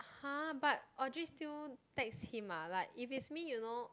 !huh! but Audrey still text him ah like if is me you know